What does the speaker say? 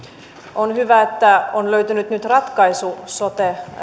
on hyvä että on löytynyt nyt ratkaisu sote